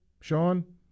Sean